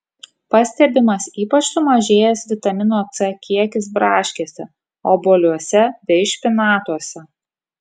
pastebimas ypač sumažėjęs vitamino c kiekis braškėse obuoliuose bei špinatuose